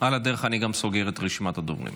על הדרך אני גם סוגר את רשימת הדוברים.